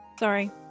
Sorry